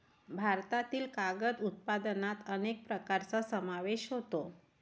भारतातील कागद उत्पादनात अनेक प्रकारांचा समावेश होतो